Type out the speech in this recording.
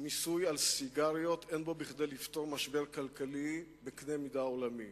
המיסוי על סיגריות אין בו כדי לפתור משבר כלכלי בקנה מידה עולמי.